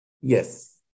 yes